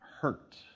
hurt